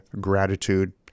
gratitude